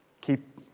Keep